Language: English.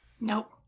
Nope